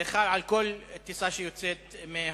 זה חל על כל טיסה שיוצאת מהארץ.